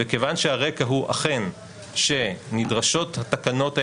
וכיון שהרקע הוא אכן שנדרשות התקנות האלה,